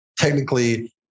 technically